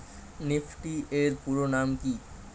Nifty এর পুরোনাম কী?